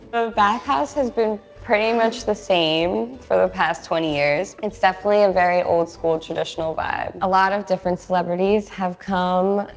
bathhouse has been pretty much the same for the past twenty years. it's definitely a very old-school traditional vibe. a lot of different celebrities have come,